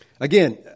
Again